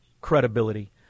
credibility